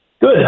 Good